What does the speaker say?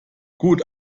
gut